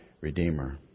redeemer